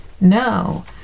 no